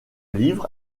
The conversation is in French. livre